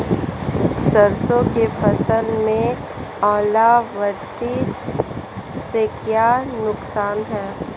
सरसों की फसल में ओलावृष्टि से क्या नुकसान है?